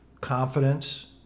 confidence